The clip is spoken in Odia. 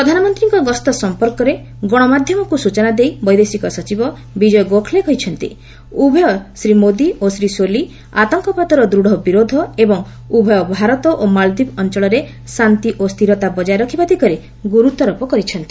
ପ୍ରଧାନମନ୍ତ୍ରୀଙ୍କ ଗସ୍ତ ସମ୍ପର୍କରେ ଗଣମାଧ୍ୟମକୁ ସୂଚନା ଦେଇ ବୈଦେଶିକ ସଚିବ ବିଜୟ ଗୋଖ୍ଲେ କହିଛନ୍ତି ଉଭୟ ଶ୍ରୀ ମୋଦି ଓ ଶ୍ରୀ ସୋଲି ଆତଙ୍କବାଦର ଦୃଢ଼ ବିରୋଧ ଏବଂ ଉଭୟ ଭାରତ ଓ ମାଳଦ୍ୱୀପ ଅଞ୍ଚଳରେ ଶାନ୍ତି ଓ ସ୍ଥିରତା ବଜାୟ ରଖିବା ଦିଗରେ ଗୁରୁତ୍ୱ ଆରୋପ କରିଛନ୍ତି